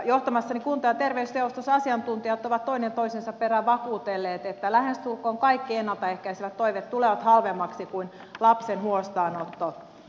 johtamassani kunta ja terveysjaostossa asiantuntijat ovat toinen toisensa perään vakuutelleet että lähestulkoon kaikki ennalta ehkäisevät toimet tulevat halvemmaksi kuin lapsen huostaanotto